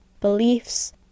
beliefs